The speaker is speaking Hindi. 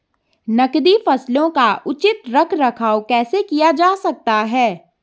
नकदी फसलों का उचित रख रखाव कैसे किया जा सकता है?